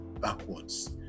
backwards